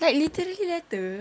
like literally letter